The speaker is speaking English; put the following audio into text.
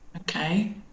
Okay